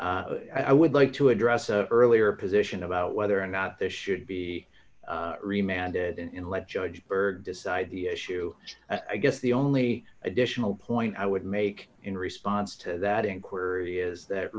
i would like to address the earlier position about whether or not there should be remanded in let judge berger decide the issue i guess the only additional point i would make in response to that inquiry is that